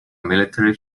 military